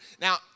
Now